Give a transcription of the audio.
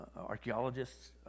archaeologists